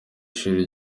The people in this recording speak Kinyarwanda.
shuri